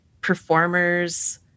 performers